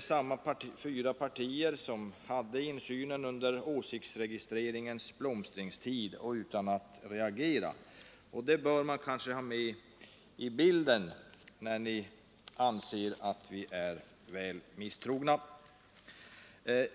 som de fyra partier som hade ansvaret under åsiktsregistreringens blomstringstid. Det bör ni kanske ta med i bilden när ni anser att vi är väl misstrogna.